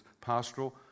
pastoral